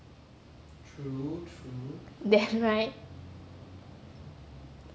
then right